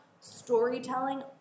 storytelling